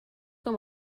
com